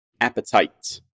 appetite